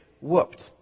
whooped